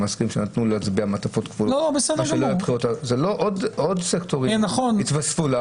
עוד סקטורים היתוספו.